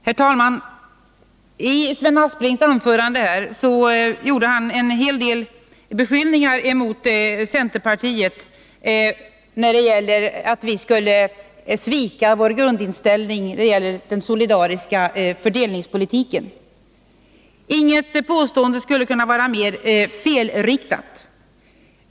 Herr talman! Sven Aspling riktade i sitt anförande en hel del beskyllningar mot centerpartiet om att vi skulle svika vår grundinställning när det gäller den solidariska fördelningspolitiken. Inget påstående skulle kunna vara mer felriktat.